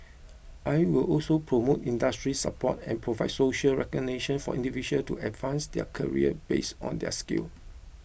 I will also promote industry support and provide social recognition for individuals to advance their career based on their skill